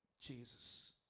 Jesus